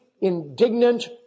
indignant